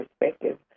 perspective